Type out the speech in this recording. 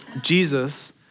Jesus